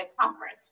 conference